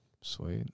Sweet